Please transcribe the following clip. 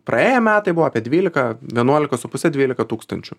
praėję metai buvo apie dvylika vienuolika su puse dvylika tūkstančių